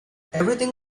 everything